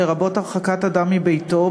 לרבות הרחקת אדם מביתו,